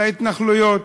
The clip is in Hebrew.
להתנחלויות.